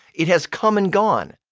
it has come and gone.